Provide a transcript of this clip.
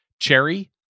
Cherry